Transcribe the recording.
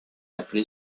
appelé